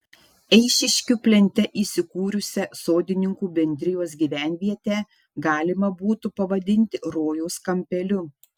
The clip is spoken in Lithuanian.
eišiškių plente įsikūrusią sodininkų bendrijos gyvenvietę galima būtų pavadinti rojaus kampeliu